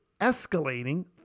escalating